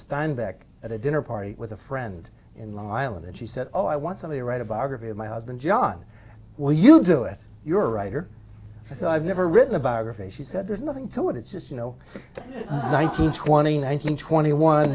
steinbeck at a dinner party with a friend in long island and she said oh i want somebody to write a biography of my husband john will you do it you're right or i said i've never written a biography she said there's nothing to it it's just you know nineteen twenty nineteen twenty one